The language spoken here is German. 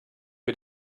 wir